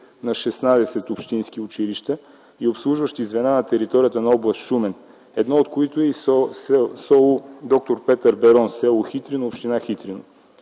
на 16 общински училища и обслужващи звена на територията на област Шумен, едно от които е и СОУ „Д-р Петър Берон”, с. Хитрино, община Хитрино.